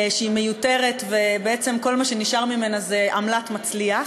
שהיא מיותרת ובעצם כל מה שנשאר ממנה זה עמלת מצליח.